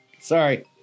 sorry